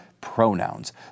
pronouns